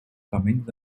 comings